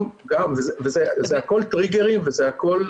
זה הכול טריגרים וזה הכול